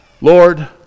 Lord